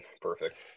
perfect